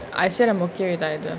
I said I'm okay with either